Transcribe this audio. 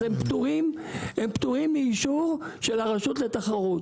אז הם פטורים הם פטורים מאישור של הרשות לתחרות,